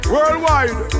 Worldwide